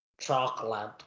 Chocolate